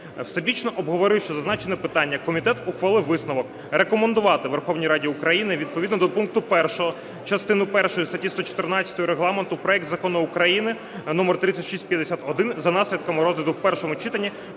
Всебічно обговоривши зазначене питання комітет ухвалив висновок рекомендувати Верховній Раді України відповідно до пункту 1 частини першої статті 114 Регламенту проект Закону України (№ 3651) за наслідками розгляду в першому читанні